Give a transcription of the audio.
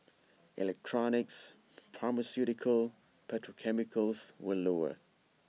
electronics pharmaceuticals petrochemicals were lower